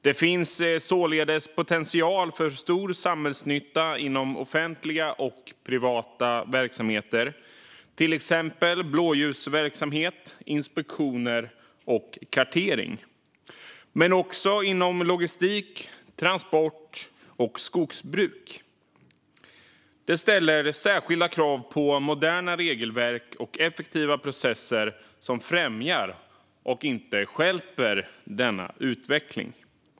Det finns således potential för stor samhällsnytta inom offentliga och privata verksamheter, till exempel blåljusverksamhet, inspektioner och kartering men också logistik, transport och skogsbruk. Det ställer särskilda krav på moderna regelverk och effektiva processer som främjar och inte stjälper denna utveckling.